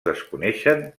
desconeixen